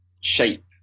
shape